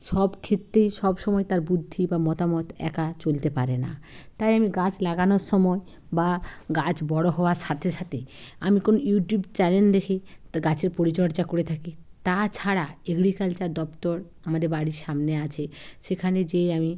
সব ক্ষেত্রেই সবসময় তার বুদ্ধি বা মতামত একা চলতে পারে না তাই আমি গাছ লাগানোর সময় বা গাছ বড় হওয়ার সাথে সাথে আমি কোনও ইউটিউব চ্যানেল দেখে তা গাছের পরিচর্যা করে থাকি তাছাড়া এগ্রিকালচার দপ্তর আমাদের বাড়ির সামনে আছে সেখানে যেয়ে আমি